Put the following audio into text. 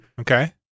Okay